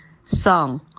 song